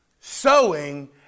sowing